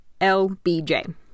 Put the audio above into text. LBJ